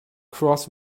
cross